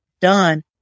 done